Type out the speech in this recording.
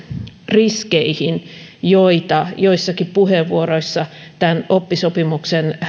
riskeihin joita joissakin puheenvuoroissa oppisopimuksen